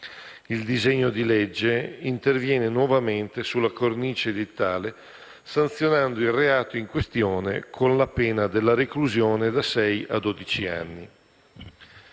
Il disegno di legge interviene nuovamente sulla cornice edittale sanzionando il reato in questione con la pena della reclusione da sei a dodici anni.